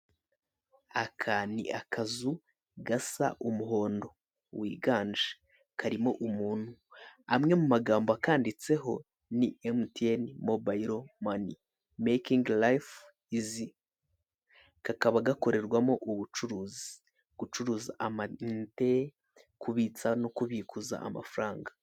Aka ni akazu gasa umuhondo wiganje karimo umuntu, amwe mu magambo akanditseho harimo ni "MTN MOBILE MONEY making life easy" kakaba gakorerwamo ubucuruzi kucuruza amayinite kubitsa no kubikuza amafaranga.